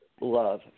love